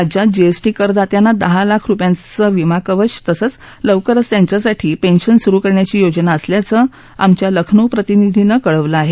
राज्यात जीएसटी करदात्यांना दहा लाख रुपयांचं विमा कवच तसंच लवकरच त्यांच्यासाठी पेन्शन सुरु करण्याची योजना असल्याचं आमच्या लखनऊ प्रतिनिधीनं कळवलं आहे